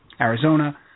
Arizona